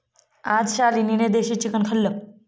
आज शालिनीने देशी चिकन खाल्लं